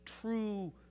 true